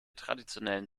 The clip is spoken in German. traditionellen